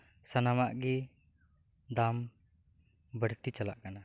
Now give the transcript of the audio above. ᱥᱟᱱᱟᱢᱟᱜ ᱜᱤ ᱫᱟᱢ ᱵᱟᱹᱲᱛᱤ ᱪᱟᱞᱟᱜ ᱠᱟᱱᱟ